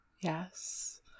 Yes